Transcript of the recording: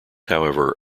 however